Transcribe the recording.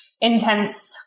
intense